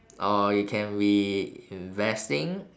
or it can be investing